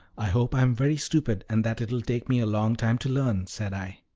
i hope i am very stupid, and that it will take me a long time to learn, said i.